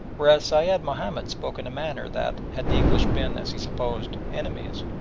whereas sayed mahomed spoke in a manner that, had the english been, as he supposed, enemies,